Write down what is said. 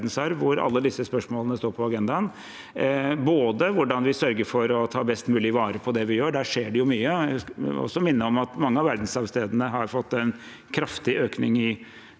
hvor alle disse spørsmålene står på agendaen, bl.a. om hvordan vi sørger for å ta best mulig vare på det vi har, og der skjer det mye. Jeg vil også minne om at mange av verdensarvstedene har fått en kraftig økning i